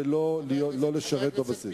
ולא לשרת בבסיס.